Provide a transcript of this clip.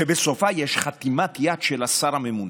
שבסופה יש חתימת יד של השר הממונה.